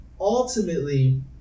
ultimately